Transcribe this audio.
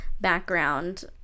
background